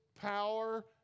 power